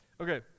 Okay